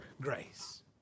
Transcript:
grace